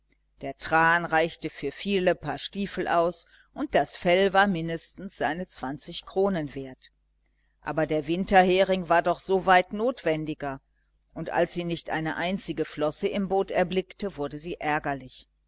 der tran reichte für viele paar stiefel aus und das fell war mindestens seine zwanzig kronen wert aber der winterhering war doch weit notwendiger und als sie nicht eine einzige flosse im boot erblickte wurde sie ärgerlich